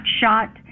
shot